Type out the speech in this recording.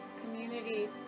community